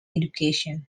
education